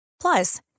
Plus